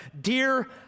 dear